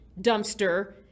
dumpster